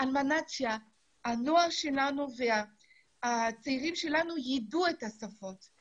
על מנת שהנוער שלנו והצעירים שלנו ידעו את השפות,